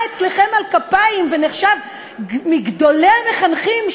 אצלכם על כפיים ונחשב מגדולי המחנכים,